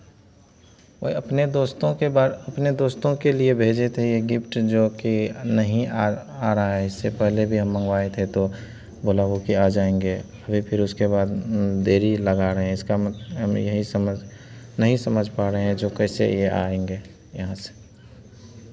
वो अपने दोस्तों के बार अपने दोस्तों के लिए भेजे थे ये गिफ्ट जोकि नहीं आ आ रहा है इससे पहले भी हम मंगवाए थे तो बोला वो कि आ जाएंगे अभी फिर उसके बाद देरी लगा रहे हैं इसका मत हमें यही समझ नहीं समझ पा रहे हैं जो कैसे ये आएंगे यहाँ से